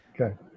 okay